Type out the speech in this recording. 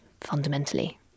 fundamentally